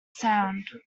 sound